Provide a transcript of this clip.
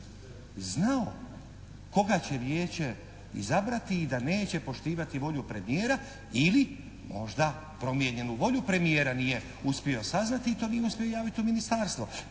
znao koga će Vijeće izabrati i da neće poštivati volju premijera ili možda promijenjenu volju premijera nije uspio saznati i to nije uspio javiti u Ministarstvo.